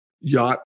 yacht